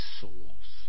souls